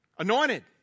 anointed